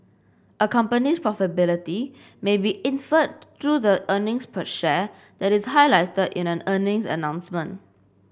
a company's profitability may be inferred through the earnings per share that is highlighted in an earnings announcement